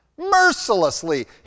Mercilessly